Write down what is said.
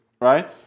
right